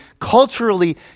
culturally